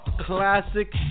classic